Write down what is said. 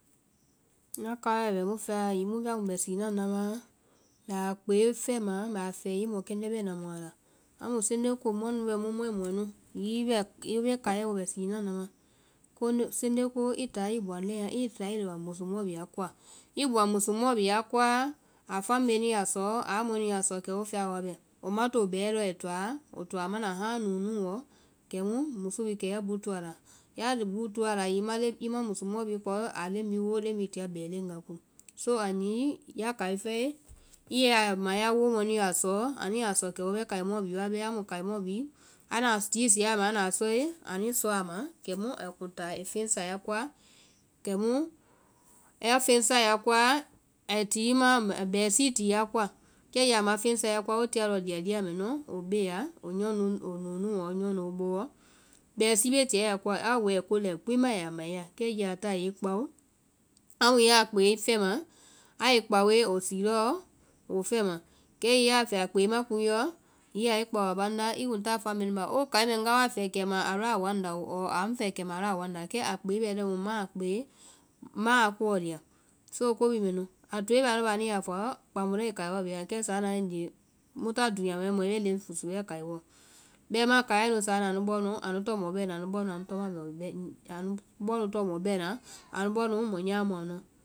Ŋna kaiɛ bɛ mu fɛa hiŋi mu bɛ siina nama, mbɛ a kpee fɛma mbɛ a fɛɛ hiŋi mɔkɛndɛ́ bɛna mu a la. Amu sende ko muã nu wae mu mɔimɔɛ nu, hiŋi i bɛ kaiɛ bɛ siina nama, sende ko i táa i bɔwa musu mɔ bhii a koa, i bɔwaŋ musu mɔɔ bhii a koa, a family nu ya sɔɔ- a mɔɛ nuĩ ya sɔ kɛ wo fɛa wa bɛ. woma to bɛ́ɛ́lɔ ai toa, ai toa a mana haalii nu nu wɔ kɛmu musu bhii kɛ ya buto a la, ya bu toe a la woa leŋ bhii i ma musu mɔɔ bhii kpao a leɓ bhii woo leŋ bhii i tia bɛ́ɛleŋ wa ko. So a nye ya kai fɛe i ya ma ya woomɔɛ nu ya a sɔɔ, ani ya sɔ kɛ wo bɛ kaimɔɛ wa bɛ́ɛ́, amu kaimɔɛ bhii anda jiisie ama anda a sɔe, ani sɔa a ma kɛmu ai feŋ sá ya koa, kɛmu a feŋ sae ya koa ai ti bɛɛsii i ti ya koa. Kɛ hiŋi a ma feŋ sá ya koa, wo tia lɔɔ lia lia mɛnuɔ, woi bee ya. woi nuu nuu wa nyɔɔ nu booɔ, bɛɛsii bee tia ya koa, a woe ai ko lɛi gbi ma i ya, a ya ma i ya. Kɛ hiŋi a táa a i kpao, amu ya a kpee fɛma a i kpaoe woe sii lɔɔ woi fɛma, kɛ hiŋi ya a fɛɛ a kpee be kuŋ i yɔ, hiŋi a i kpao a banda, i kuŋ táa family nu baa i ya fɔ yɔ oo ŋga wa fɛɛ kɛima a lɔ a woa ŋna oo ɔɔ a ŋ fɛɛ kɛima a lɔ a woa ŋnda. kɛ a kpee bɛ lɛi mu ŋma a koɔ lia so aa mɛnu. A toe bɛ a nu baa anu ya fɔ, kpãa mu lɔɔ i kaiwɔɔ bhii ma, kɛ sáana waigee mu tá dúunya mɛ ma mɔ ya leŋ fosu bɛɛ kaiwɔɔ, bɛmaã kaiɛ nu anu bɔɔ nu tɔŋ mɔ bɛnaã anu bɔɔ nu mɔ nyama mu a nuã.